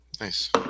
Nice